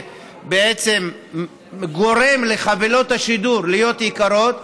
בעצם זה גורם לחבילות השידור להיות יקרות,